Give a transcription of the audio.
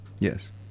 Yes